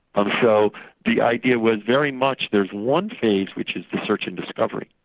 and so the idea was very much there's one phase which is the search and discovery,